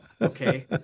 Okay